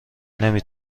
نمی